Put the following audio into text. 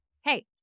Hey